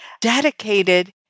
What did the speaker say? dedicated